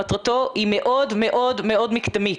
מטרתו היא מאוד מאוד מקדמית.